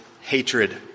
hatred